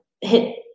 hit